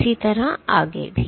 इसी तरह आगे भी